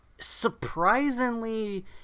surprisingly